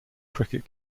cricket